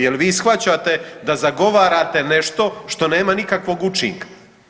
Jel vi shvaćate da zagovarate nešto što nema nikakvog učinka?